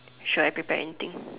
should I prepare anything